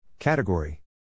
Category